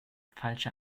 falsche